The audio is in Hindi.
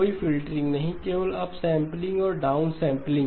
कोई फ़िल्टरिंग नहीं केवल अपसैंपलिंग और डाउनसैंपलिंग